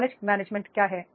knowledge management क्या है